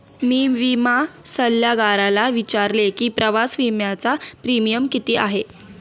मी विमा सल्लागाराला विचारले की प्रवास विम्याचा प्रीमियम किती आहे?